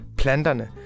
planterne